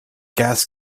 gas